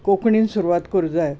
कोंकणीन सुरवात करूंक जाय